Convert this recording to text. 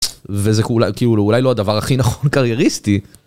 וזה כאילו אולי לא הדבר הכי נכון קרייריסטי.